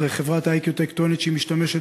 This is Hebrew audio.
הרי חברת "איקיוטק" טוענת שהיא משתמשת